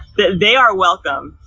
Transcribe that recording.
that they are welcome,